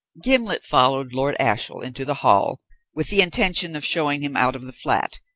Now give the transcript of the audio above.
gimblet followed lord ashiel into the hall with the intention of showing him out of the flat,